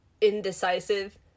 indecisive